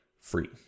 free